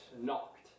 knocked